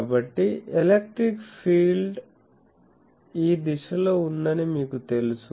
కాబట్టి electric field ఈ దిశలో ఉందని మీకు తెలుసు